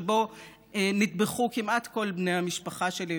שבו נטבחו כמעט כל בני המשפחה שלי,